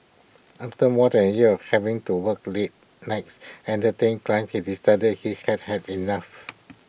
after more than A year of having to work late nights and Entertain Clients he decided he had had enough